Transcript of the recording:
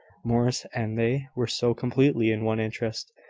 morris and they were so completely in one interest,